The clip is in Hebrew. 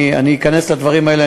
אני אכנס לדברים האלה,